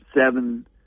seven